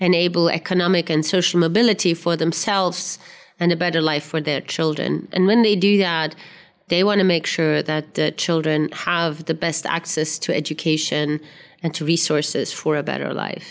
enable economic and social mobility for themselves and a better life for their children and when they do that they want to make sure that the children have the best access to education and to resources for a better life